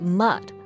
mud